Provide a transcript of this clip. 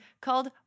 called